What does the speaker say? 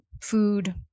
food